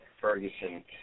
Ferguson